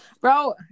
bro